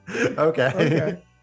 Okay